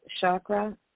chakra